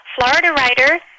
FloridaWriter